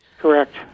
Correct